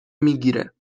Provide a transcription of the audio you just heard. میگیره